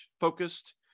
focused